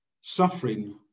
suffering